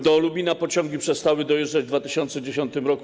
Do Lubina pociągi przestały dojeżdżać w 2010 r.